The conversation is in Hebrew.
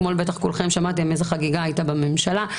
בטח כולכם שמעתם אתמול איזו חגיגה הייתה בממשלה.